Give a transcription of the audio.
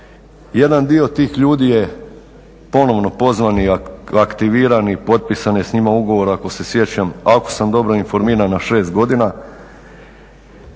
Jedan dio tih ljudi je ponovno pozvan i aktiviran i potpisan je s njima ugovor, ako se sjećam ako sam dobro informiran, na 6 godina.